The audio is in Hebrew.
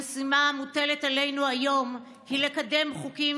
המשימה המוטלת עלינו היום היא לקדם חוקים